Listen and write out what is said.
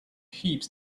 heaps